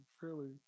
fairly